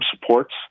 supports